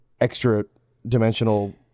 extra-dimensional